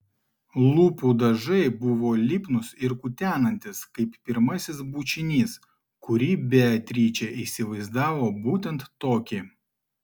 lūpų dažai buvo lipnūs ir kutenantys kaip pirmasis bučinys kurį beatričė įsivaizdavo būtent tokį